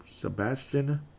Sebastian